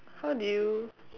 how did you